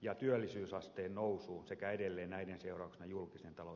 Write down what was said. ja työllisyysasteen nousun kautta sekä edelleen näiden seurauksena julkisen talouden kestävyyden johdosta